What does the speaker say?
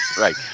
right